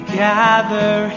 gather